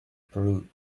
peru